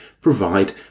provide